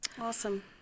Awesome